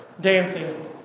dancing